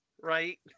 right